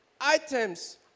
items